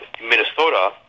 Minnesota